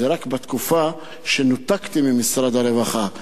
זה רק בתקופה שנותקתי ממשרד הרווחה.